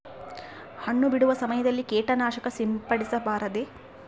ಹಣ್ಣು ಬಿಡುವ ಸಮಯದಲ್ಲಿ ಕೇಟನಾಶಕ ಸಿಂಪಡಿಸಬಾರದೆ?